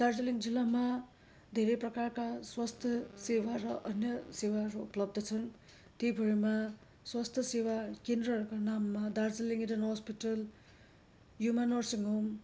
दार्जिलिङ जिल्लामा धेरै प्रकारका स्वास्थ्य सेवा र अन्य सेवाहरू उपलब्ध छन् ती भरमा स्वास्थ्य सेवा केन्द्रहरूको नाममा दार्जिलिङ इडन हस्पिटल युमा नर्सिङ होम